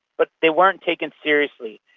but they weren't taken seriously.